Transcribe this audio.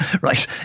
right